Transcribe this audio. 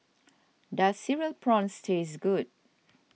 does Cereal Prawns taste good